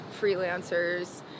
freelancers